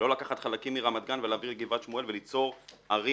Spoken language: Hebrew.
לא לקחת חלקים מרמת גן ולהעביר לגבעת שמואל וליצור ערים